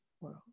world